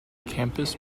campus